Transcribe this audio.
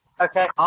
Okay